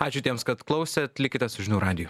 ačiū tiems kad klausėt likite su žinių radiju